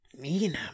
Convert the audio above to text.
Mina